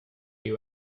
you